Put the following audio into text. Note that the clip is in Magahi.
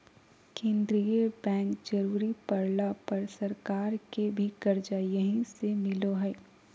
केंद्रीय बैंक जरुरी पड़ला पर सरकार के भी कर्जा यहीं से मिलो हइ